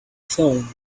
phone